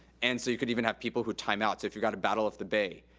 and so you could even have people who time out. if you've got a battle of the bay,